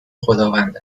خداوند